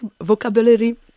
vocabulary